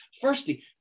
firstly